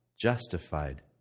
justified